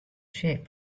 shape